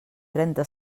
trenta